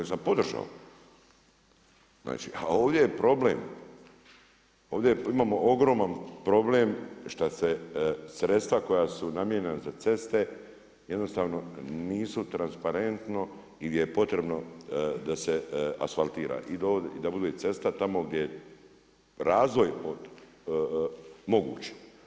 Znači, a ovdje je problem, ovdje imao ogroman problem što se sredstva koja su namijenjena za ceste jednostavno nisu transparentno i gdje je potrebno da se asfaltira i da bude cesta tamo gdje je razvoj moguć.